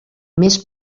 més